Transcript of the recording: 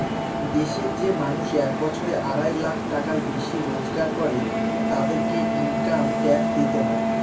দেশের যে মানুষ এক বছরে আড়াই লাখ টাকার বেশি রোজগার করে, তাদেরকে ইনকাম ট্যাক্স দিতে হয়